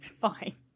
fine